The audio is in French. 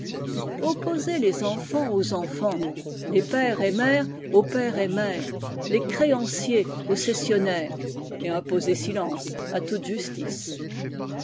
opposer les enfants aux enfants les père et mère aux père et mère les créanciers aux cessionnaires et imposer silence à toute justice